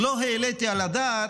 לא העליתי על הדעת,